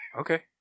Okay